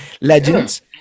Legends